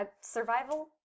Survival